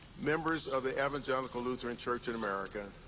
members of the evangelical lutheran church in america,